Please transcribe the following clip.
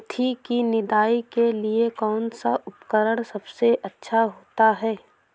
मेथी की निदाई के लिए कौन सा उपकरण सबसे अच्छा होता है?